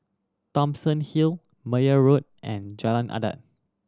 Thomson Hill Meyer Road and Jalan Adat